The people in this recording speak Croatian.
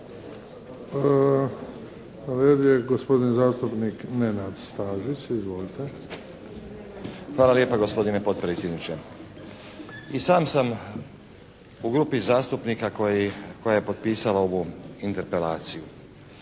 Hvala lijepa gospodine potpredsjedniče. I sam sam u grupi zastupnika koja je potpisala ovu Interpelaciju.